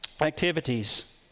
activities